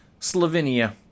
Slovenia